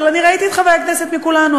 אבל ראיתי את חברי הכנסת מכולנו,